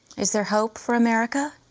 is there hope for america?